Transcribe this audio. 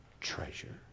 treasure